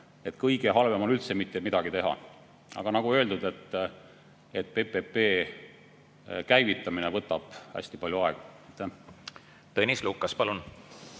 et kõige halvem on üldse mitte midagi teha. Aga nagu öeldud, PPP käivitamine võtab hästi palju aega. Tõnis Lukas, palun!